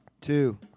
two